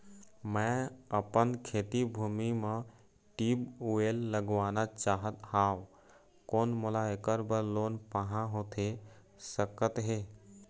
मैं अपन खेती भूमि म ट्यूबवेल लगवाना चाहत हाव, कोन मोला ऐकर बर लोन पाहां होथे सकत हे?